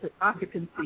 occupancy